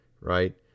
right